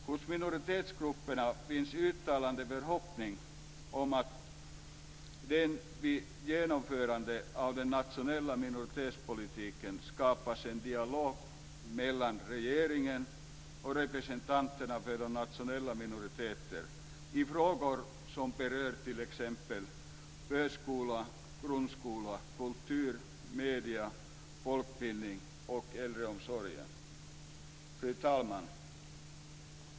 Hos minoritetsgrupperna finns uttalade förhoppningar om att det vid genomförandet av den nationella minoritetspolitiken skapas en dialog mellan regeringen och representanter för de nationella minoriteterna i frågor som berör t.ex. förskola, grundskola, kultur, medier, folkbildning och äldreomsorg. Fru talman!